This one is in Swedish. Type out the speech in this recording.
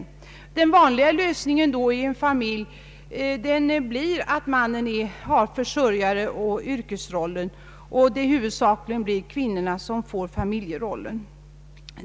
Lösningen av problemet i en familj blir att mannen har försörjaroch yrkesrollen och att kvinnan huvudsakligen får familjerollen.